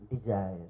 desire